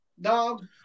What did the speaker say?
Dog